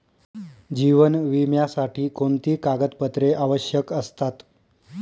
जीवन विम्यासाठी कोणती कागदपत्रे आवश्यक असतात?